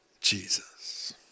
Jesus